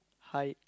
height